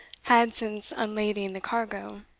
had, since unlading the cargo,